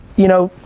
you know,